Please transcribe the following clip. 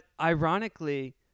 ironically